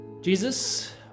Jesus